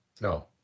no